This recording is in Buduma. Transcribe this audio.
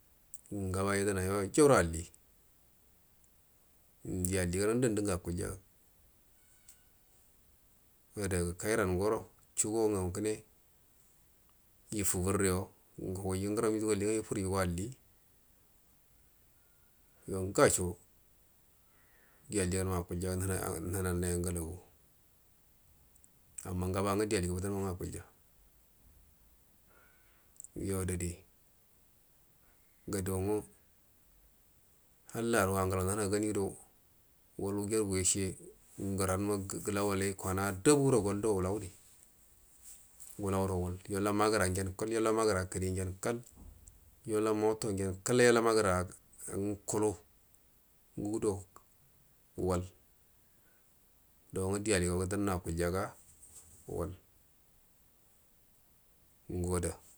Ngaba yadənaya jauro alli di alligan ngunda ngu akulya adaga kairan goro chugo ngamu ngu kine ifuburyo ugu hugaiju ngurumju wuli ifuryoyugə alli yo ngasho di alliganma akulya hunannai angolagu amma ngaba manga di aligau gu damma nga akulya yo adari ga do nga hallaro angbar nana ganido wal nugargu yashe nguranima gəlawaki kwana dangudo goldo melauri wulauro wal yola magəra ngen kull yola ma gəra kəri ngenə kall yola yola moto ngen kall yola magəra kulu ngugudo wal do nga di aliganga damma akulyaga wal ngo ada.